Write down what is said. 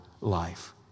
life